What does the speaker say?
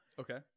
Okay